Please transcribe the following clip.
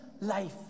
life